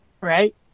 right